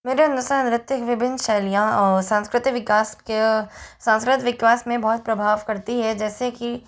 मेरे अनुसार नृत्य की विभिन्न शैलियाँ संस्कृतिक विकास के संस्कृतिक विकास में बहुत प्रभाव करती है जैसे कि